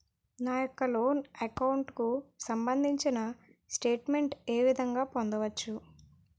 నా యెక్క loan account కు సంబందించిన స్టేట్ మెంట్ ఏ విధంగా పొందవచ్చు?